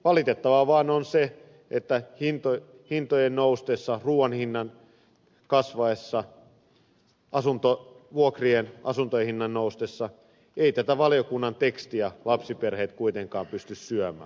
valitettavaa vain on se että hintojen noustessa ruuan hinnan kasvaessa vuokrien ja asuntojen hinnan noustessa eivät tätä valiokunnan tekstiä lapsiperheet kuitenkaan pysty syömään